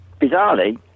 bizarrely